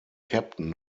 captain